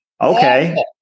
okay